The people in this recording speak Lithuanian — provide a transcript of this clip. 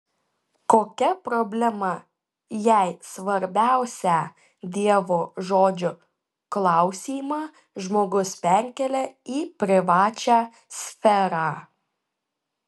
kokia problema jei svarbiausią dievo žodžio klausymą žmogus perkelia į privačią sferą